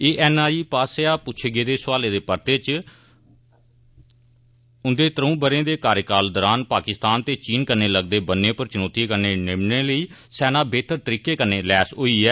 ANI पास्सेआ पुच्छे गेदे सुआलें दे परते च उंदे त्रऊं ब'रे दे कार्यकाल दरान पाकिस्तान ते चीन कन्नै लगदे बन्ने पर चुनौतिएं कन्नै निबड़ने लेई सेना बेहतर तरीके नै लैस होई ऐ